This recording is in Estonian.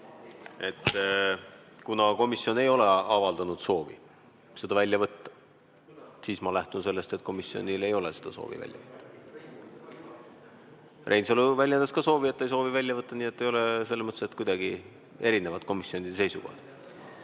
Kuna komisjon ei ole avaldanud soovi seda välja võtta, siis ma lähtun sellest, et komisjonil ei ole soovi seda välja võtta. Reinsalu väljendas ka soovi, et ta ei soovi midagi välja võtta, nii et ei ole selles mõttes kuidagi erinevad komisjonide seisukohad.